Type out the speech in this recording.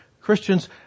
Christians